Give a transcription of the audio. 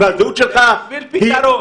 תודה רבה.